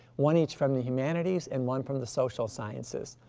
one each from the humanities and one from the social sciences.